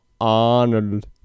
honored